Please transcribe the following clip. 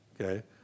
Okay